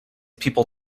people